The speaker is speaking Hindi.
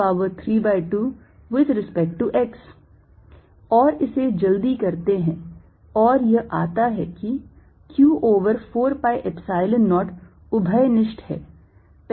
Exxyz∂x∂x14π0qx xx x2y y2z z232 और इसे जल्दी करते हैं और यह आता है कि q over 4 pi Epsilon 0 उभय निष्ठ है